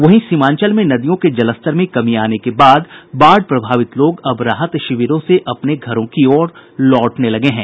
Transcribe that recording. वहीं सीमांचल में नदियों के जलस्तर में कमी आने के बाद बाढ़ प्रभावित लोग अब राहत शिविरों से अपने घरों की ओर लौटने लगे हैं